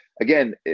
again